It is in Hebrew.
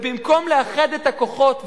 ובמקום לאחד את הכוחות,